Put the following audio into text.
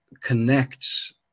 connects